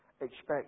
expect